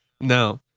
no